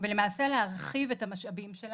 ולמעשה להרחיב את המשאבים שלהן.